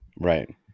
right